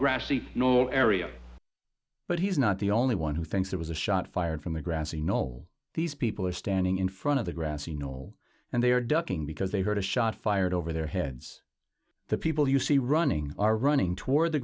grassy knoll area but he's not the only one who thinks there was a shot fired from the grassy knoll these people are standing in front of the grassy knoll and they are ducking because they heard a shot fired over their heads the people you see running are running toward the